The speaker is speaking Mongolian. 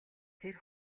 тэр